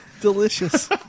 Delicious